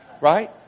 right